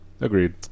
Agreed